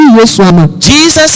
Jesus